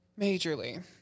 Majorly